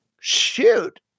shoot